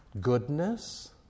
goodness